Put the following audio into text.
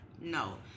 No